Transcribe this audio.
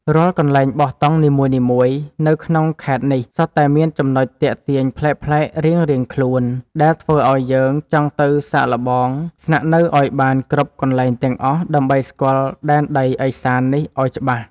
រាល់កន្លែងបោះតង់នីមួយៗនៅក្នុងខេត្តនេះសុទ្ធតែមានចំណុចទាក់ទាញប្លែកៗរៀងៗខ្លួនដែលធ្វើឱ្យយើងចង់ទៅសាកល្បងស្នាក់នៅឱ្យបានគ្រប់កន្លែងទាំងអស់ដើម្បីស្គាល់ដែនដីឦសាននេះឱ្យច្បាស់។